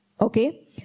okay